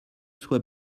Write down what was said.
soit